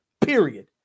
period